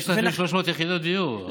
5,300 יחידות דיור.